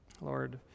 Lord